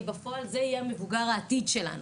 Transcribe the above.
כי בפועל זה יהיה המבוגר העתיד שלנו,